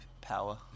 power